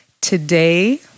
Today